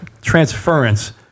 transference